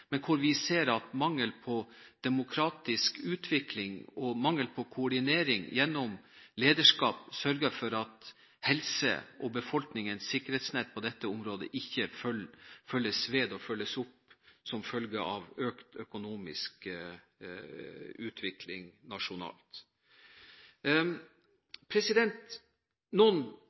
men hvor vi ser at mangel på demokratisk utvikling og mangel på koordinering gjennom lederskap sørger for at helse og befolkningens sikkerhetsnett på dette området ikke følges opp som følge av økt økonomisk utvikling nasjonalt. Noen